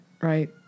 right